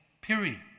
period